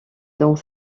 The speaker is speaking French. dans